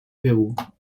perrot